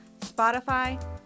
Spotify